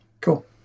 Cool